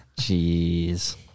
Jeez